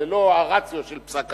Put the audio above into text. זה לא הרציו של פסק-הדין,